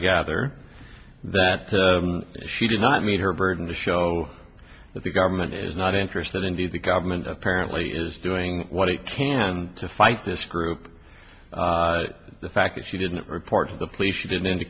gather that she did not meet her burden to show that the government is not interested indeed the government apparently is doing what it can to fight this group but the fact that she didn't report to the police she didn't in